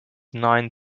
nine